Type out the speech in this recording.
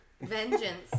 Vengeance